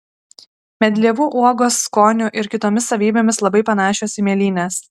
medlievų uogos skoniu ir kitomis savybėmis labai panašios į mėlynes